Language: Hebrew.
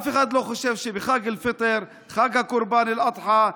אף אחד לא חושב שבחג אל-פיטר, חג הקורבן, אל-אדחא,